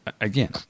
again